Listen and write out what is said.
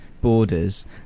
borders